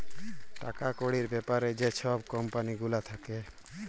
টাকা কড়ির ব্যাপারে যে ছব কম্পালি গুলা থ্যাকে